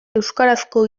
euskarazko